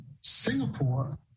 Singapore